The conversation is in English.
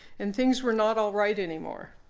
and things were not all right anymore.